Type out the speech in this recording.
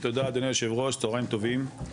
תודה אדוני היושב ראש צוהריים טובים,